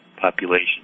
population